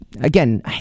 again